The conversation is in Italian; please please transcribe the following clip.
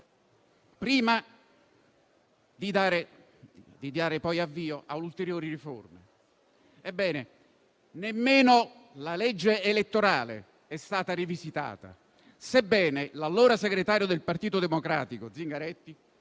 prima di dare poi avvio a ulteriori riforme. Ebbene, nemmeno la legge elettorale è stata rivisitata, sebbene l'allora segretario del Partito Democratico Zingaretti